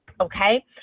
okay